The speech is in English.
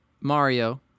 Mario